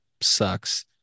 sucks